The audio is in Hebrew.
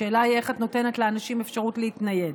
השאלה היא איך את נותנת לאנשים אפשרות להתנייד.